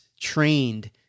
trained